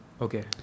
Okay